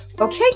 Okay